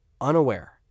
unaware